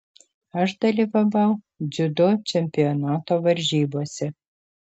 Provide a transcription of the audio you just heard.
aš dalyvavau dziudo čempionato varžybose